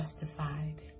justified